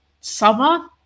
summer